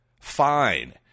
fine